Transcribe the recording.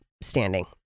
standing